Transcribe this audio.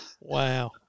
Wow